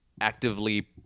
actively